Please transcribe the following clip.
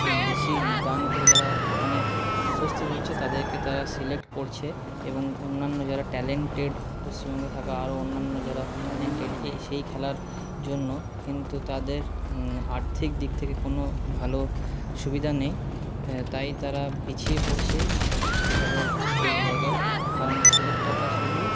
বেশি দান করে যারা ওখানে উপস্থিত হচ্ছে তাদেরকে তারা সিলেক্ট করছে এবং অন্যান্য যারা ট্যালেন্টেড পশ্চিমবঙ্গে থাকা আরও অন্যান্য যারা ট্যালেন্টেড এ সেই খেলার জন্য কিন্তু তাদের আর্থিক দিক থেকে কোনো ভালো সুবিধা নেই হ্যাঁ তাই তারা পিছিয়ে পড়ছে তাদের সেই জায়গায় কারণ সিলেক্টাররা শুধু